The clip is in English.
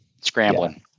scrambling